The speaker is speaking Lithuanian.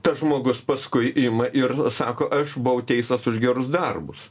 tas žmogus paskui ima ir sako aš buvau teistas už gerus darbus